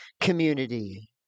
community